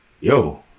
yo